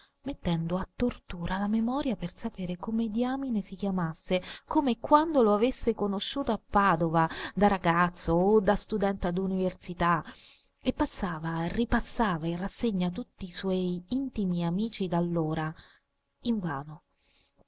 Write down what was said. mettendo a tortura la memoria per sapere come diamine si chiamasse come e quando lo avesse conosciuto a padova da ragazzo o da studente d'università e passava e ripassava in rassegna tutti i suoi intimi amici d'allora invano